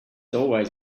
always